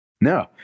No